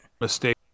Mistake